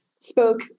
spoke